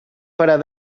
parar